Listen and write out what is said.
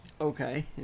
Okay